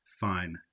fine